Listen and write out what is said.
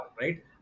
right